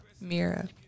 Mira